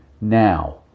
now